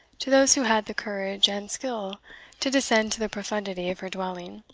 to those who had the courage and skill to descend to the profundity of her dwelling,